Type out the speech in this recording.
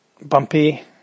bumpy